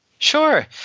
Sure